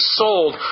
sold